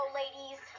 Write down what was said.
ladies